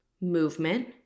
movement